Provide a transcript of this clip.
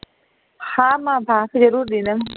हा मां भास ज़रूरु ॾींदमि